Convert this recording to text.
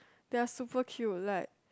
they are super cute like